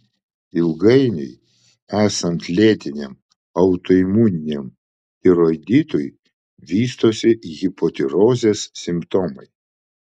ilgainiui esant lėtiniam autoimuniniam tiroiditui vystosi hipotirozės simptomai